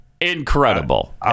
incredible